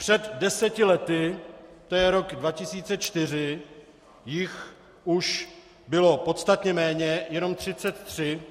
Před deseti lety, to je rok 2004, jich už bylo podstatně méně, jenom 33.